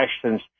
questions